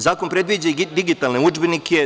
Zakon predviđa i digitalne udžbenike.